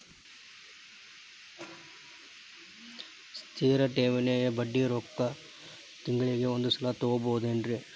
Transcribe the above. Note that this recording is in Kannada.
ಸ್ಥಿರ ಠೇವಣಿಯ ಬಡ್ಡಿ ರೊಕ್ಕ ತಿಂಗಳಿಗೆ ಒಂದು ಸಲ ತಗೊಬಹುದೆನ್ರಿ?